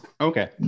Okay